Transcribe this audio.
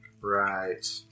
Right